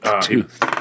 tooth